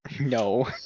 No